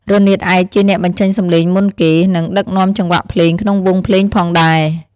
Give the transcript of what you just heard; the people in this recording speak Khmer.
រនាតឯកជាអ្នកបញ្ចេញសំឡេងមុនគេ និងដឹកនាំចង្វាក់ភ្លេងក្នុងវង់ភ្លេងផងដែរ។